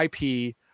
IP